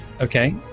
Okay